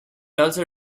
also